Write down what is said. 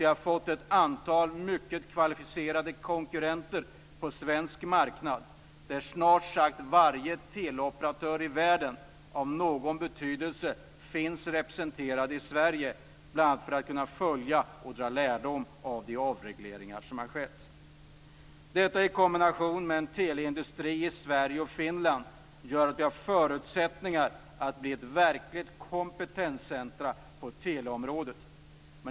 De har fått ett antal kvalificerade konkurrenter på svensk marknad, där snart sagt varje teleoperatör i världen av någon betydelse finns representerad, bl.a. för att kunna följa och dra lärdom av de avregleringar som har skett. Detta i kombination med en teleindustri i Sverige och Finland gör att vi har förutsättningar att bli ett verkligt kompetenscentrum på teleområdet.